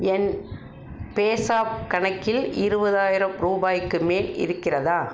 என் பேஸாப் கணக்கில் இருபதாயிரம் ரூபாய்க்கு மேல் இருக்கிறதா